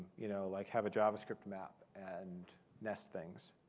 you know like have a javascript map and nest things.